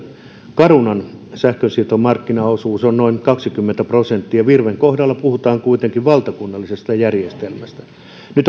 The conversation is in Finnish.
carunan sähkönsiirtomarkkinaosuus on on noin kaksikymmentä prosenttia virven kohdalla puhutaan kuitenkin valtakunnallisesta järjestelmästä nyt